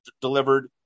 delivered